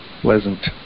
pleasant